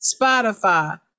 Spotify